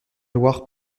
loire